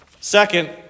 Second